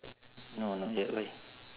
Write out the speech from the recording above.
no not yet why